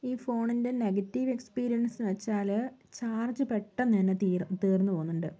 ഈ ഫോണിൻ്റെ നെഗറ്റീവ് എക്സ്പീരിയൻസ്ന്ന് വച്ചാല് ചാർജ് പെട്ടെന്ന് തന്നെ തീരും തീർന്ന് പോകുന്നുണ്ട്